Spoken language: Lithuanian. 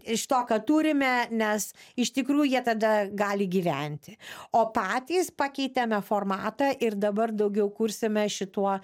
iš to ką turime nes iš tikrųjų jie tada gali gyventi o patys pakeitėme formatą ir dabar daugiau kursime šituo